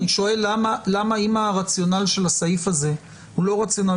אם הרציונל של הסעיף הזה הוא לא רציונל